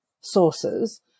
sources